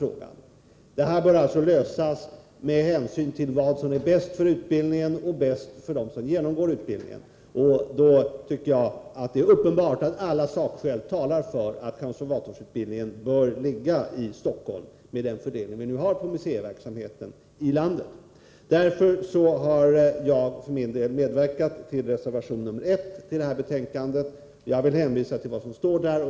Saken bör lösas med hänsyn till vad som är bäst för utbildningen och bäst för dem som genomgår utbildningen. Det är uppenbart att alla sakskäl talar för att konservatorsutbildningen bör vara förlagd till Stockholm, främst med hänsyn till den fördelning som vi har när det gäller museiverksamheten i landet. Därför har jag medverkat till reservation 1 vid detta betänkande. Jag vill hänvisa till vad som står där.